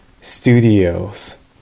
studios